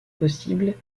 possibles